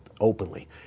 openly